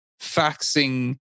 faxing